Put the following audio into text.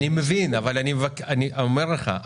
אני מבין אבל אני אומר לך,